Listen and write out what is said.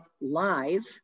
live